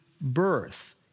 birth